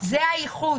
זה האיחוד.